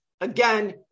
Again